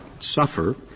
suffer.